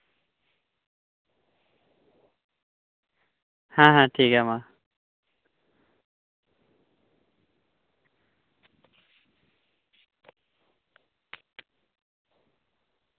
ᱦᱮᱸ ᱦᱮᱸ ᱴᱷᱤᱠᱜᱮᱭᱟ ᱢᱟ